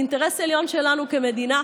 זה אינטרס עליון שלנו כמדינה.